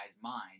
mind